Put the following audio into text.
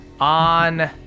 On